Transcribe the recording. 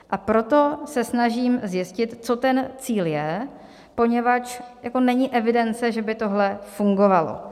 A proto se snažím zjistit, co ten cíl je, poněvadž není evidence, že by tohle fungovalo.